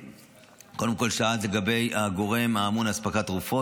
קודם כול שאלת לגבי הגורם האמון על אספקת תרופות,